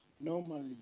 Normally